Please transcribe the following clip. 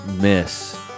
miss